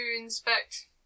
inspect